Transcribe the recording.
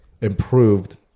improved